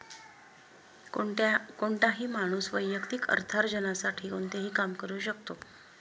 कोणताही माणूस वैयक्तिक अर्थार्जनासाठी कोणतेही काम करू शकतो